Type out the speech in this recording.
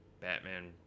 Batman